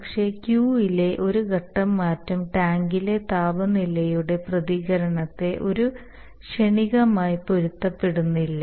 പക്ഷേ Q ലെ ഒരു ഘട്ടം മാറ്റം ടാങ്കിലെ താപനിലയുടെ പ്രതികരണത്തെ ഒരു ക്ഷണികമായി പൊരുത്തപ്പെടുന്നില്ല